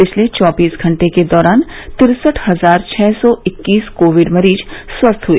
पिछले चौबीस घंटे के दौरान तिरसठ हजार छः सौ इक्कीस कोविड मरीज स्वस्थ हए